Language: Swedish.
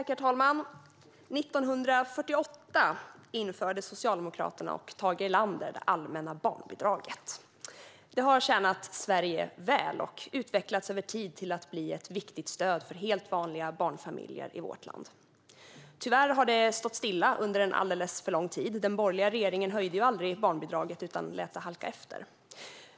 Herr talman! År 1948 införde Socialdemokraterna och Tage Erlander det allmänna barnbidraget. Det har tjänat Sverige väl och utvecklats över tid till att bli ett viktigt stöd för helt vanliga barnfamiljer i vårt land. Tyvärr har det stått stilla under alldeles för lång tid. Den borgerliga regeringen höjde aldrig barnbidraget utan lät det halka efter.